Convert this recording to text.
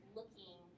looking